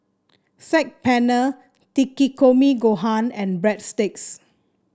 Saag Paneer Takikomi Gohan and Breadsticks